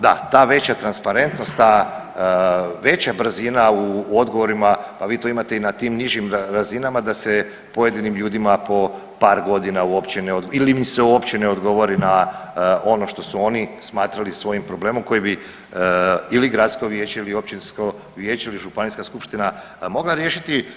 Da, ta veća transparentnost, ta veća brzina u odgovorima, pa vi to imate i na tim nižim razinama da se pojedinim ljudima po par godina uopće ne ili im se uopće ne odgovori na ono što su oni smatrali svojim problemom koje bi ili gradsko vijeće ili općinsko vijeće ili županijska skupština mogla riješiti.